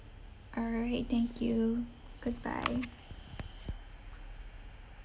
all right thank you goodbye